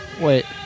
Wait